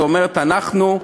ואומרת: אנחנו,